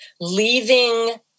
leaving